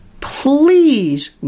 Please